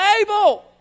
able